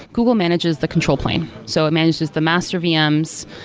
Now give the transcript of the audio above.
google manages the control plane. so it manages the master vms,